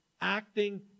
acting